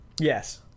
Yes